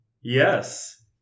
Yes